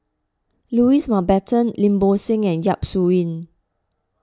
Louis Mountbatten Lim Bo Seng and Yap Su Yin